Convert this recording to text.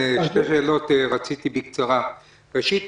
רציתי לשאול שתי שאלות בקצרה: ראשית,